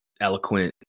eloquent